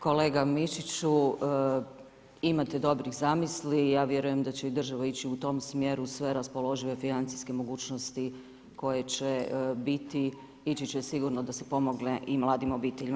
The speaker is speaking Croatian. Kolega MIšiću, imate dobrih zamisli i ja vjerujem da će i država ići u tom smjeru sve raspoložive financijske mogućnosti koje će biti ići će sigurno da se pomogne i mladim obiteljima.